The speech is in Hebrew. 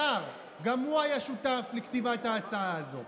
השר, גם הוא היה שותף לכתיבת ההצעה הזו.